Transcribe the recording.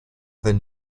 then